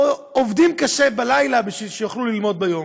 או עובדים קשה בלילה בשביל שיוכלו ללמוד ביום,